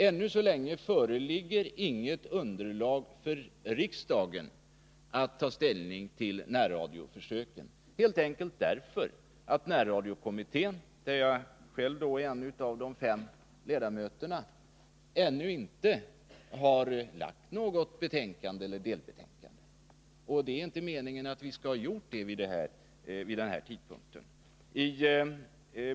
Ännu så länge föreligger inget underlag som riksdagen kan ta ställning till när det gäller närradioförsöken, helt enkelt därför att närradiokommittén, där jag själv är en av de fem ledamöterna, ännu inte har lagt fram något betänkande eller delbetänkande. Det är inte heller meningen att vi skall ha gjort det vid den här tidpunkten.